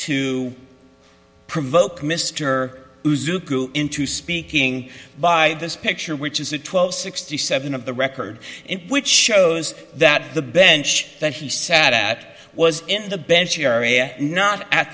to provoke mr zucker into speaking by this picture which is the twelve sixty seven of the record in which shows that the bench that he sat at was in the bench area not at